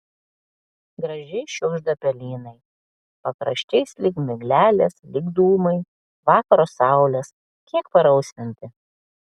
gražiai šiugžda pelynai pakraščiais lyg miglelės lyg dūmai vakaro saulės kiek parausvinti